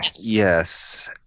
Yes